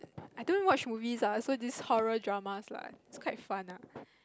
I don't watch movies ah so this horror dramas like it's quite fun [la]